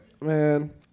man